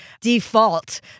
default